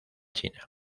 china